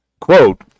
Quote